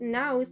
now